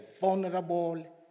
vulnerable